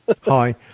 Hi